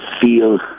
feel